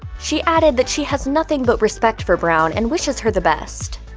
she added that she has nothing but respect for brown and wishes her the best.